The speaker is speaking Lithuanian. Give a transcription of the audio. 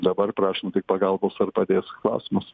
dabar prašom tik pagalbos ar padės klausimas